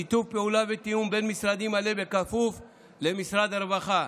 שיתוף פעולה ותיאום בין-משרדי מלא וכפוף למשרד הרווחה.